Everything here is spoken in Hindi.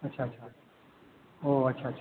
अच्छा अच्छा वह अच्छा अच्छा